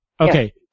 Okay